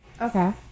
Okay